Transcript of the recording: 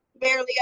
barely